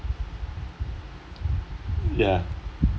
yeah yeah